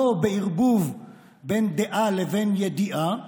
לא בערבוב בין דעה לבין ידיעה,